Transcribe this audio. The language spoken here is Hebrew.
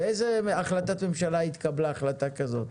באיזה החלטת ממשלה התקבלה החלטה כזאת?